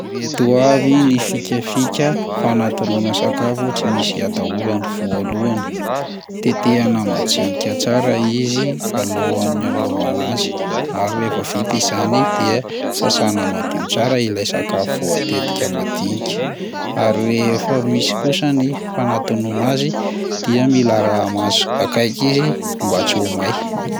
Ireto avy ny fikafika fanatonoana sakafo tsy misy atahorana: voalohany, tetehana madinika tsara izy alohan'ny anaovana azy ary rehefa vita izany dia sasana madio tsara ilay sakafo voatetika madinika, ary rehefa misy kosa ny fanatonoana azy dia mila araha-maso akaiky izy mba tsy ho may.